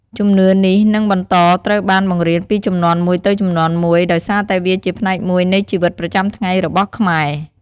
ជំនឿនេះនឹងបន្តត្រូវបានបង្រៀនពីជំនាន់មួយទៅជំនាន់មួយ ដោយសារតែវាជាផ្នែកមួយនៃជីវិតប្រចាំថ្ងៃរបស់ខ្មែរ។